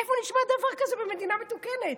איפה נשמע דבר כזה במדינה מתוקנת?